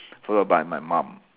followed by my mum